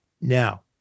Now